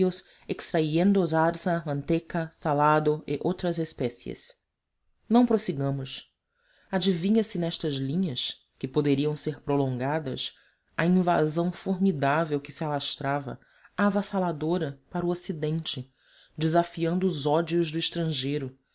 e otras especies não prossigamos adivinha-se nestas linhas que poderiam ser prolongadas a invasão formidável que se alastrava avassaladora para o ocidente desafiando os ódios do estrangeiro